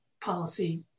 policy